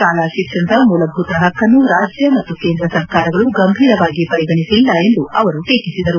ಶಾಲಾ ಶಿಕ್ಷಣದ ಮೂಲಭೂತ ಹಕ್ಕನ್ನು ರಾಜ್ಯ ಮತ್ತು ಕೇಂದ್ರ ಸರ್ಕಾರಗಳು ಗಂಭೀರವಾಗಿ ಪರಿಗಣಿಸಿಲ್ಲ ಎಂದು ಅವರು ಟೀಕಿಸಿದರು